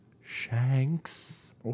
shanks